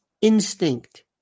instinct